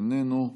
איננו,